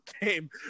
game